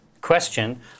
question